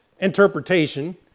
interpretation